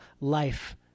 life